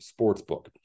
sportsbook